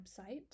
website